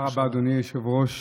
אדוני היושב-ראש,